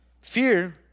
fear